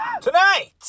tonight